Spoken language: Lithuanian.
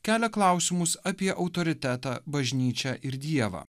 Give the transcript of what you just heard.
kelia klausimus apie autoritetą bažnyčią ir dievą